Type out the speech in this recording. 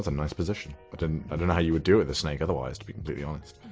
and nice position. but and i don't know how you would do it, the snake, otherwise to be completely honest.